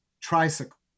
Tricycle